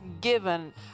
given